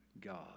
God